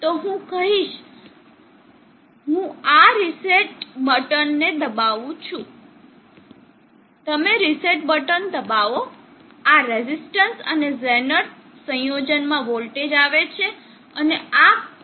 તો હું શું કરીશ હું આ રીસેટ બટન ને દબાવું છું તમે રીસેટ બટન બટન દબાવો આ રેઝિસ્ટન્સ અને ઝેનર સંયોજન માં વોલ્ટેજ આવે છે અને આ કોઈ પોટેન્સીઅલ પર હશે